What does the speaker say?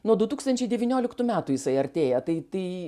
nuo du tūkstančiai devynioliktų metų jisai artėja tai tai